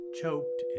choked